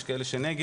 יש כאלה שנגד.